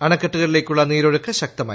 അണക്കെട്ടുകളിലേക്കുള്ള നീരൊഴുക്കു ശക്തമായി